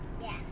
yes